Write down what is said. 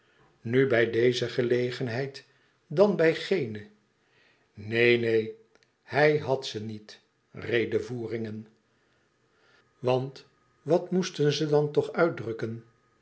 nu bij deze gelegenheid dan bij gene neen neen hij had ze niet redevoeringen want wat moesten ze dan toch uitdrukken